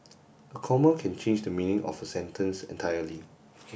a comma can change the meaning of a sentence entirely